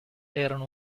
erano